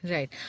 Right